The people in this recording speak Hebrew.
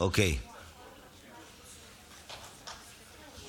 (תיקון מס'